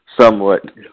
somewhat